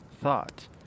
thought